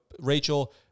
Rachel